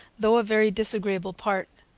though a very disagreeable part.